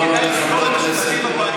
אבל כדאי לסגור עם השותפים הקואליציוניים.